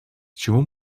чому